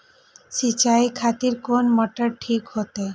सीचाई खातिर कोन मोटर ठीक होते?